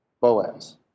Boaz